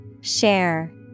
Share